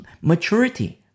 maturity